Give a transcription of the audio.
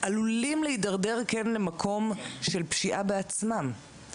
עלולים להידרדר למקום של פשיעה בעצמם,